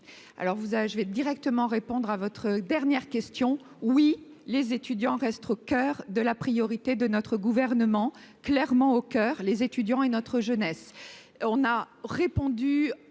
avez je vais directement répondre à votre dernière question, oui, les étudiants Castres au coeur de la priorité de notre gouvernement clairement au coeur, les étudiants et notre jeunesse,